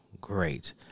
great